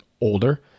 older